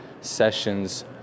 sessions